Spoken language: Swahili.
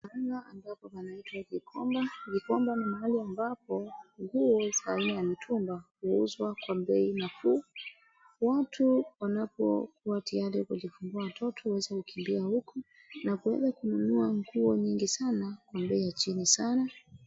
Hapa panaitwa Gikomba , Gikomba ni mahali ambapo nguo za men mtumba huuzwa kwa bei nafuu watu wanapokuwa tayari kujifungua watoto wanaweza kukimbia huku na kuweza kununua nguo nyingi sana kwa bei ya chini sana.